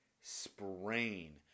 sprain